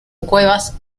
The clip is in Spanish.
cuevas